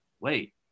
Wait